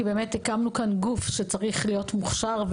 כי באמת הקמנו כאן גוף שצריך להיות מוכשר,